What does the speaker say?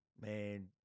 man